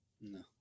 No